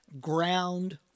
ground